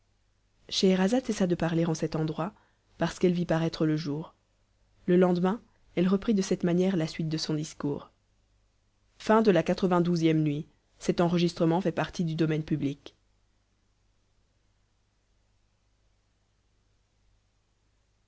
scheherazade cessa de parler en cet endroit parce qu'elle vit paraître le jour le lendemain elle reprit de cette manière la suite de son discours xciii nuit